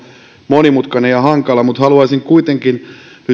monimutkainen ja hankala haluaisin kuitenkin nyt